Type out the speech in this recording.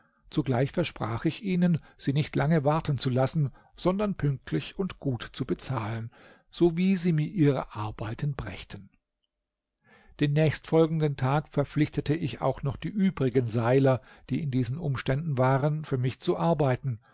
zugleich versprach ich ihnen sie nicht lange warten zu lassen sondern pünktlich und gut zu bezahlen sowie sie mir ihre arbeiten brächten den nächstfolgenden tag verpflichtete ich auch noch die übrigen seiler die in diesen umständen waren für mich zu arbeiten